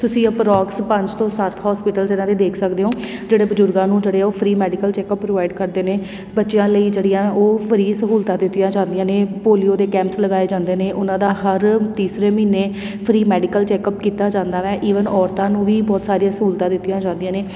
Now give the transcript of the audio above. ਤੁਸੀਂ ਅਪਰੋਕਸ ਪੰਜ ਤੋਂ ਸੱਤ ਹੋਸਪਿਟਲਸ ਇਹਨਾਂ ਦੇ ਦੇਖ ਸਕਦੇ ਹੋ ਜਿਹੜੇ ਬਜ਼ੁਰਗਾਂ ਨੂੰ ਜਿਹੜੇ ਉਹ ਫਰੀ ਮੈਡੀਕਲ ਚੈੱਕਅਪ ਪ੍ਰੋਵਾਈਡ ਕਰਦੇ ਨੇ ਬੱਚਿਆਂ ਲਈ ਜਿਹੜੀਆਂ ਉਹ ਫਰੀ ਸਹੂਲਤਾਂ ਦਿੱਤੀਆਂ ਜਾਂਦੀਆਂ ਨੇ ਪੋਲੀਓ ਦੇ ਕੈਂਪਸ ਲਗਾਏ ਜਾਂਦੇ ਨੇ ਉਹਨਾਂ ਦਾ ਹਰ ਤੀਸਰੇ ਮਹੀਨੇ ਫਰੀ ਮੈਡੀਕਲ ਚੈੱਕਅਪ ਕੀਤਾ ਜਾਂਦਾ ਵੈ ਈਵਨ ਔਰਤਾਂ ਨੂੰ ਵੀ ਬਹੁਤ ਸਾਰੀਆਂ ਸਹੂਲਤਾਂ ਦਿੱਤੀਆਂ ਜਾਂਦੀਆਂ ਨੇ